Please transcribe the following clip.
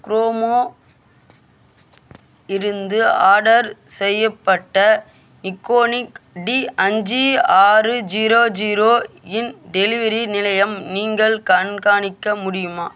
க்ரோமோ இருந்து ஆடர் செய்யப்பட்ட நிக்கோனிக் டி அஞ்சு ஆறு ஜீரோ ஜீரோ வின் டெலிவரி நிலையம் நீங்கள் கண்காணிக்க முடியுமா